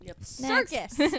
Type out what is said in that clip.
Circus